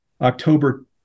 October